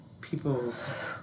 people's